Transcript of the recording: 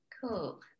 Cool